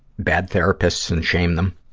bad therapists and shame them,